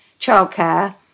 childcare